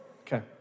Okay